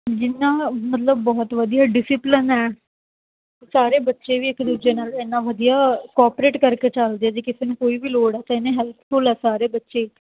ਜਿੰਨਾ ਮਤਲਬ ਬਹੁਤ ਵਧੀਆ ਡਿਸਿਪਲਨ ਹੈ ਸਾਰੇ ਬੱਚੇ ਵੀ ਇੱਕ ਦੂਜੇ ਨਾਲ ਇੰਨਾ ਵਧੀਆ ਕੋਪਰੇਟ ਕਰਕੇ ਚੱਲਦੇ ਆ ਜੇ ਕਿਸੇ ਨੂੰ ਕੋਈ ਵੀ ਲੋੜ ਹੈ ਤਾਂ ਇੰਨੇ ਹੈਲਥਪੁਲ ਹੈ ਸਾਰੇ ਬੱਚੇ